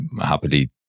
happily